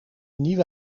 nieuwe